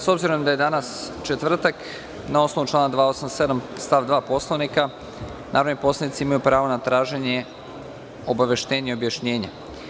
S obzirom da je danas četvrtak, na osnovu člana 287. stav 2. Poslovnika, narodni poslanici imaju pravo na traženje obaveštenja i objašnjenja.